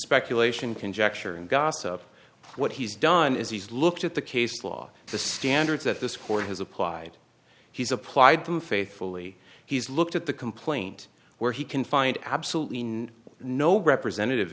speculation conjecture and gossip what he's done is he's looked at the case law the standards that this court has applied he's applied them faithfully he's looked at the complaint where he can find absolutely no no representative